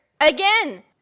Again